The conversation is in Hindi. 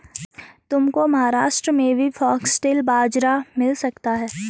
तुमको महाराष्ट्र में भी फॉक्सटेल बाजरा मिल सकता है